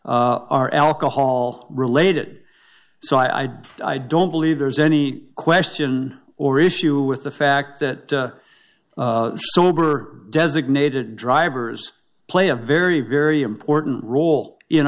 are alcohol related so i do i don't believe there's any question or issue with the fact that sober designated drivers play a very very important role in